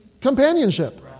companionship